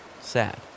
sad